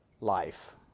life